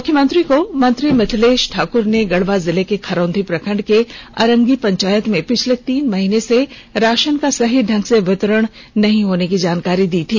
मुख्यमंत्री को मंत्री मिथलेश ठाक्र ने गढ़वा जिले के खारोंधी प्रखंड के अरंगी पंचायत में पिछले तीन महीने से राशन का सही ढंग से वितरण नहीं होने की जानकारी दी थी